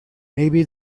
maybe